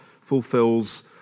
fulfills